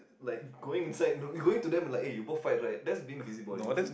like going inside you know going to them like you both fight right that's being busybody what